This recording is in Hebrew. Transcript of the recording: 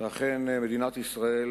ואכן מדינת ישראל